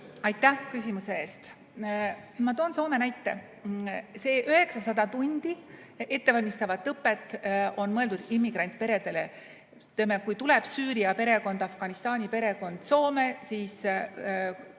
Aitäh küsimuse eest! Ma toon Soome näite. See 900 tundi ettevalmistavat õpet on mõeldud immigrantperedele. Kui tuleb Süüria perekond, Afganistani perekond Soome, siis